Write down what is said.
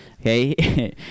Okay